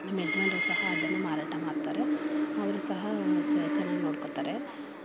ನಮ್ಮ ಯಜಮಾನ್ರೂ ಸಹ ಅದನ್ನು ಮಾರಾಟ ಮಾಡ್ತಾರೆ ಅವರು ಸಹ ಚೆನ್ನಾಗಿ ನೋಡ್ಕೊಳ್ತಾರೆ